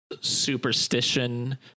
superstition